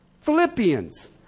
Philippians